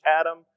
Adam